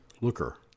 Looker